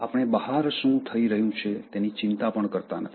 આપણે બહાર શું થઈ રહ્યું છે તેની ચિંતા પણ કરતા નથી